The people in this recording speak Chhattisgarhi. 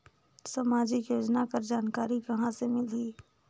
समाजिक योजना कर जानकारी कहाँ से मिलही?